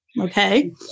okay